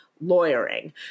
lawyering